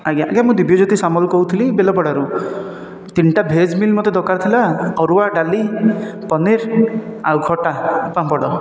ଆଜ୍ଞା ଆଜ୍ଞା ମୁଁ ଦିବ୍ୟଜ୍ୟୋତି ସାମଲ କହୁଥିଲି ବେଲପଡ଼ାରୁ ତିନୋଟା ଭେଜ୍ ମିଲ୍ ମୋତେ ଦରକାର ଥିଲା ଅରୁଆ ଡାଲି ପନିର ଆଉ ଖଟା ଆଉ ପାମ୍ପଡ଼